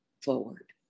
forward